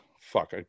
fuck